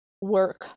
work